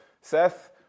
Seth